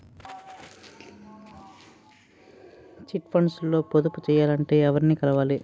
Chit funds లో పొదుపు చేయాలంటే ఎవరిని కలవాలి?